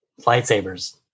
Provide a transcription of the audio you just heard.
lightsabers